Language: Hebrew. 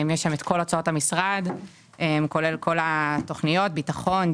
יש שם כל הוצאות המשרד כולל כל התוכניות ביטחון,